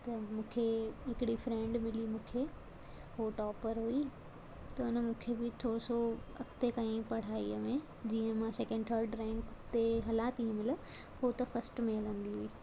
त मूंखे हिकिड़ी फ्रैंड मिली मूंखे हो टॉपर हुई त उन मूंखे बि थोरो सो अॻिते कयाईं पढ़ाईअ में जीअं मां सेकंड थर्ड रेंक ते हलां थी हिन महिल हो त फस्ट में हलंदी हुई